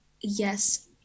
Yes